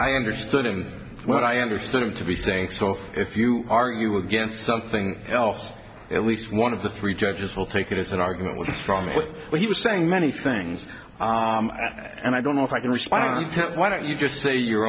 i understood him what i understood him to be saying scoff if you argue against something else at least one of the three judges will take it as an argument with strong but he was saying many things and i don't know if i can respond why don't you just say your